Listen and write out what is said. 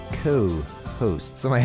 co-hosts